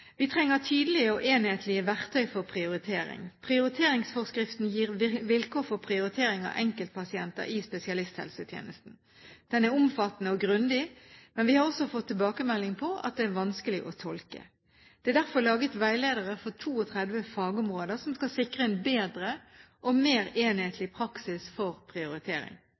Vi trenger tydelige og enhetlige verktøy for prioritering. Prioriteringsforskriften gir vilkår for prioritering av enkeltpasienter i spesialisthelsetjenesten. Den er omfattende og grundig, men vi har også fått tilbakemelding på at den er vanskelig å tolke. Det er derfor laget veiledere for 32 fagområder som skal sikre en bedre og mer enhetlig praksis for prioritering.